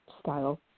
style